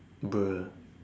bruh